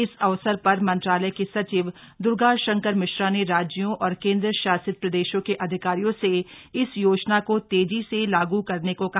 इस अवसर पर मंत्रालय में सचिव दुर्गाशंकर मिश्रा ने राज्यों और केन्द्रशासित प्रदेशों के अधिकारियों से इस योजना को तेजी से लागू करने को कहा